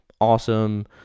awesome